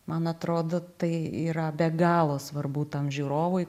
man atrodo tai yra be galo svarbu tam žiūrovui